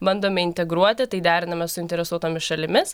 bandome integruoti tai deriname su interesuotomis šalimis